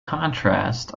contrast